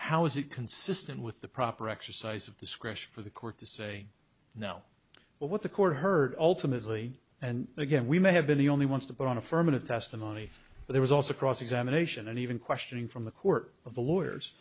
how is it consistent with the proper exercise of discretion for the court to say no but what the court heard ultimately and again we may have been the only ones to put on affirmative testimony there was also cross examination and even questioning from the court of the lawyers